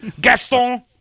Gaston